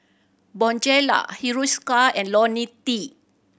Bonjela Hiruscar and Ionil T